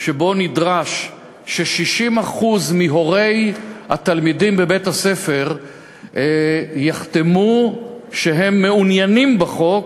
נדרש ש-60% מהורי התלמידים בבית-הספר יחתמו שהם מעוניינים בחוק,